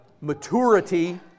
maturity